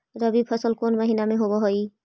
रबी फसल कोन महिना में होब हई?